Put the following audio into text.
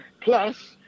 Plus